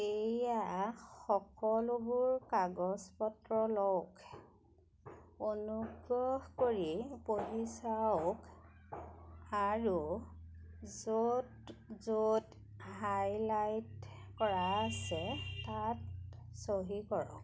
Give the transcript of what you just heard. এইয়া সকলোবোৰ কাগজ পত্ৰ লওক অনুগ্ৰহ কৰি পঢ়ি চাওক আৰু য'ত য'ত হাইলাইট কৰা আছে তাত চহী কৰক